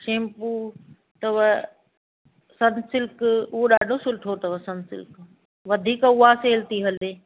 shampoo अथव Sunsilk उहो ॾाढो सुठो अथव सनसिल्क वधीक उहा सेल थी हले